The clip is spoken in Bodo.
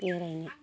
बेरायनो